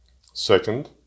Second